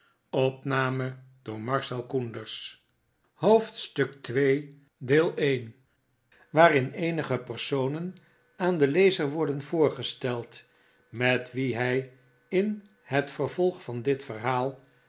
hoofdstuk ii waarin eenige personen aan den lezer worden voorgesteld met wie hij in het vervolg van dit verhaal